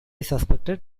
suspected